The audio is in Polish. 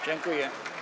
Dziękuję.